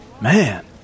man